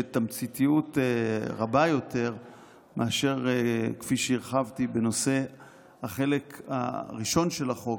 בתמציתיות רבה יותר מאשר כפי שהרחבתי בנושא החלק הראשון של החוק,